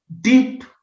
deep